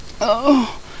Oh